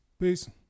Peace